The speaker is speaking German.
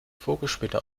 vogelspinne